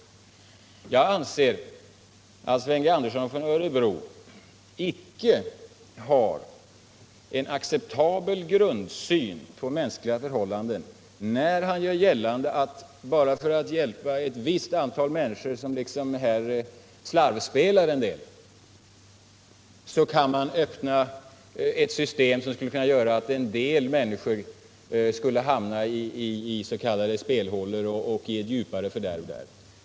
Jag anser att Sven Andersson i Örebro inte har en acceptabel grundsyn på mänskliga förhållanden när han gör gällande att man — bara för att hjälpa några som slarvspelar en del — kan införa ett system som skulle kunna medföra att ett antal människor hamnade i s.k. spelhålor och i ett djupare fördärv.